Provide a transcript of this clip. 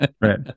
Right